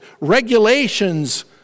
regulations